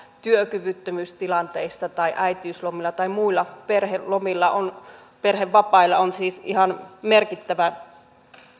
työkyvyttömyystilanteissa tai äitiyslomilla tai muilla perhelomilla perhevapaat ovat siis ihan merkittävä